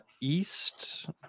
east